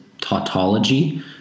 tautology